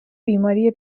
بیماری